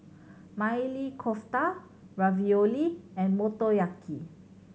Maili Kofta Ravioli and Motoyaki